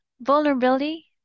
Vulnerability